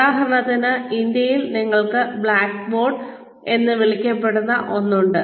ഉദാഹരണത്തിന് ഇന്ത്യയിൽ നിങ്ങൾക്ക് ബ്ലാക്ക്ബോർഡ് എന്ന് വിളിക്കപ്പെടുന്ന ഒന്ന് ഉണ്ട്